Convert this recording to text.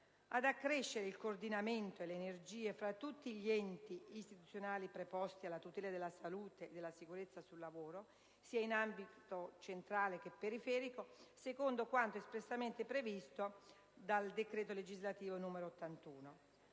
ad accrescere il coordinamento e le sinergie fra tutti gli enti istituzionali preposti alla tutela della salute e della sicurezza sul lavoro, sia in ambito centrale che periferico, secondo quanto espressamente previsto dal decreto legislativo n. 81